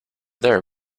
there